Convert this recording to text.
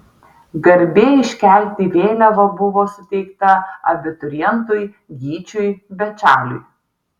garbė iškelti vėliavą buvo suteikta abiturientui gyčiui bečaliui